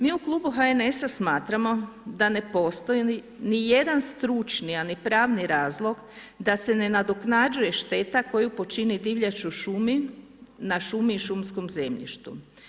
Mi u klubu HNS-a smatramo da ne postoji ni jedan stručni a ni pravni razlog da se ne nadoknađuje šteta koju počini divljač u šumi, na šumi i šumskom zemljištu.